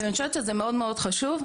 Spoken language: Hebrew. אני חושבת שזה מאוד מאוד חשוב.